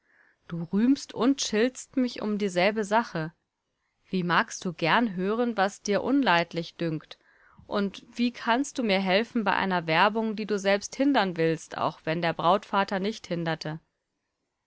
du rühmst und schiltst mich um dieselbe sache wie magst du gern hören was dir unleidlich dünkt und wie kannst du mir helfen bei einer werbung die du selbst hindern willst auch wenn der brautvater nicht hinderte